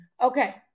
Okay